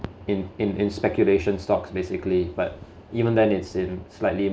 in in in speculation stocks basically but even then it's in slightly